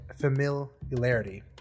familiarity